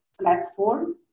platform